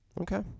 Okay